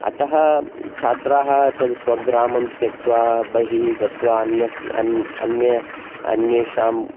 अतः छात्राः तत् स्वग्रामं त्यक्त्वा बहिः गत्वा अन्यस् अन् अन्य अन्येषां